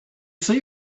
see